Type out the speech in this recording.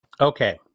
Okay